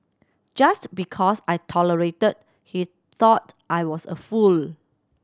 just because I tolerated he thought I was a fool